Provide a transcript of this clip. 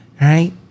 Right